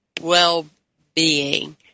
well-being